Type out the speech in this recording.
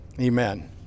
Amen